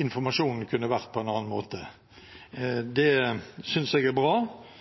informasjonen kunne vært på en annen måte. Det synes jeg er bra,